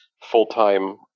full-time